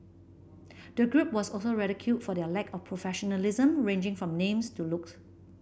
the group was also ridiculed for their lack of professionalism ranging from names to looks